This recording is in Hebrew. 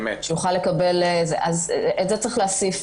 את זה צריך להוסיף